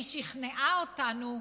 היא שכנעה אותנו,